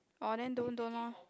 orh then don't don't loh